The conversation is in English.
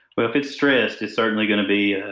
if it's stressed it's certainly going to be.